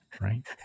Right